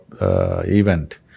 event